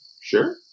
Sure